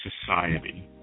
Society